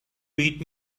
read